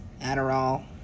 Adderall